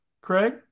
Craig